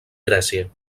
grècia